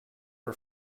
her